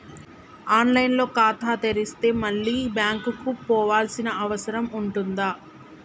On line లో ఖాతా తెరిస్తే మళ్ళీ బ్యాంకుకు పోవాల్సిన అవసరం ఉంటుందా?